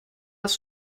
das